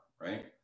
right